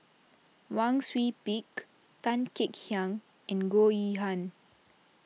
Wang Sui Pick Tan Kek Hiang and Goh Yihan